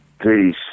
Peace